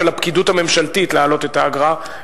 להעלות את האגרה,